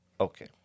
okay